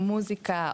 מוסיקה,